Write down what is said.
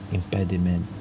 impediment